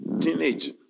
Teenage